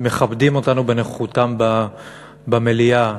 מכבדים אותנו בנוכחותם במליאה.